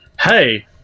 hey